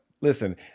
listen